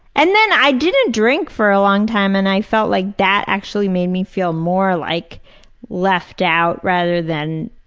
and then i didn't drink for a long time, and i felt like that actually made me feel like more like left out rather than